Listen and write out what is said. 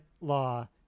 law